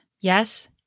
Yes